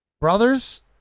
brothers